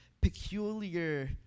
peculiar